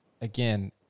again